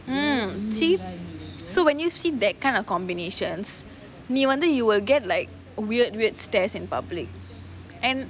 mm see so when you see that kind of combination நீ வந்து:nee vanthu you will get like weird weird stares in public and